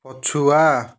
ପଛୁଆ